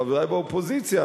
חברי באופוזיציה,